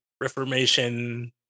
Reformation